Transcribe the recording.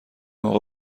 اقا